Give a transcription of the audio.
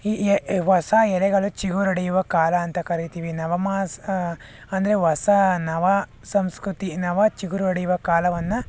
ಈ ಹೊಸ ಎಲೆಗಳು ಚಿಗುರೊಡೆಯುವ ಕಾಲ ಅಂತ ಕರಿತೀವಿ ನವಮಾಸ ಅಂದರೆ ಹೊಸ ನವ ಸಂಸ್ಕೃತಿ ನವ ಚಿಗುರೊಡೆಯುವ ಕಾಲವನ್ನು